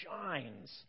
shines